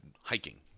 hiking